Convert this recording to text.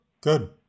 Good